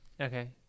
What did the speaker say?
Okay